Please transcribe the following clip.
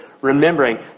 remembering